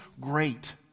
great